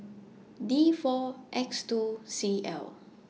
D four X two C L